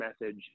message